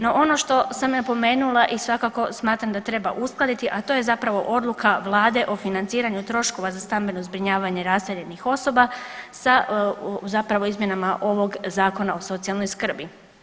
No ono što sam napomenula i svakako smatram da treba uskladiti, a to je odluka vlade o financiranju troškova za stambeno zbrinjavanje raseljenih osoba sa izmjenama ovog Zakona o socijalnoj skrbi.